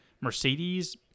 Mercedes